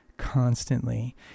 Constantly